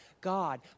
God